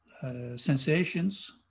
sensations